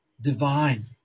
divine